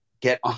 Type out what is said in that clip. get